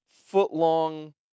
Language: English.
foot-long